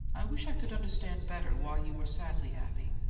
i wish i could understand better why you were sadly happy.